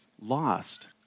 lost